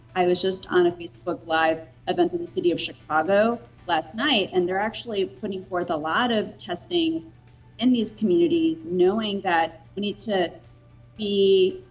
i was just on a facebook live event in the city of chicago last night. and they're actually putting forth a lot of testing in these communities, knowing that we need to be